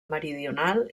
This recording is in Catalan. meridional